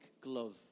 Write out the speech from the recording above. glove